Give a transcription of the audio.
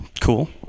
cool